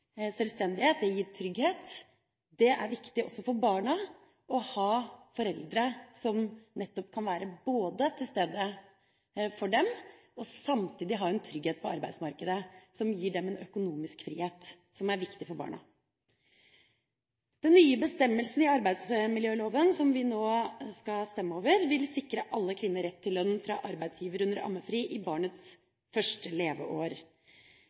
er viktig også for barna å ha foreldre som både kan være til stede for dem, og som samtidig har trygghet på arbeidsmarkedet, som gir dem økonomisk trygghet, noe som er viktig for barna. Den nye bestemmelsen i arbeidsmiljøloven som vi nå skal stemme over, vil sikre alle kvinner rett til lønn fra arbeidsgiver under ammefri i barnets første leveår.